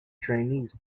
trainees